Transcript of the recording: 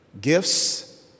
gifts